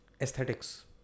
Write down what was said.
aesthetics